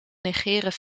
negeren